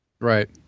right